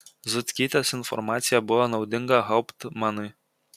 zutkytės informacija buvo naudinga hauptmanui